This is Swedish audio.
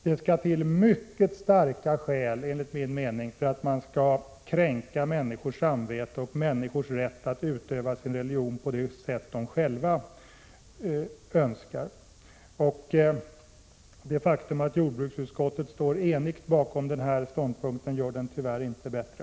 Det skall till mycket starka skäl, enligt min uppfattning, för att man skall kränka människors samvete"och människors rätt att utöva sin religion på det sätt som de själva önskar. Det faktum att jordbruksutskottet står enigt bakom den ståndpunkt man här intar gör den tyvärr inte bättre.